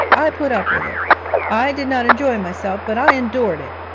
i put up with it i did not enjoy myself but i endured it.